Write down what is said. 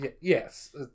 yes